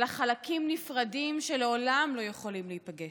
אלה חלקים נפרדים שלעולם לא יכולים להיפגש,